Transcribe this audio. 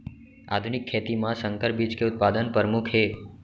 आधुनिक खेती मा संकर बीज के उत्पादन परमुख हे